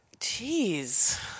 Jeez